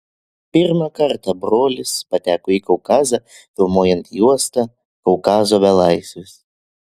pirmą kartą brolis pateko į kaukazą filmuojant juostą kaukazo belaisvis